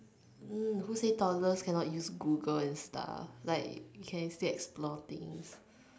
who who say toddlers cannot use Google and stuff like you can still explore things